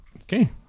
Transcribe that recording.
Okay